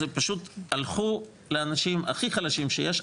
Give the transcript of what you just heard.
זה פשוט הלכו לאנשים הכי חלשים שיש,